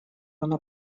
она